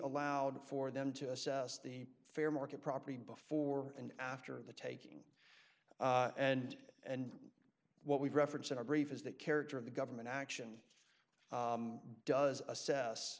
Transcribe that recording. allowed for them to assess the fair market property before and after the taking and and what we've reference in our brief is that character of the government action does assess